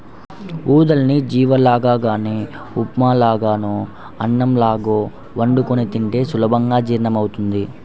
ఊదల్ని జావ లాగా గానీ ఉప్మా లాగానో అన్నంలాగో వండుకొని తింటే సులభంగా జీర్ణమవ్వుద్ది